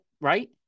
right